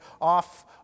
off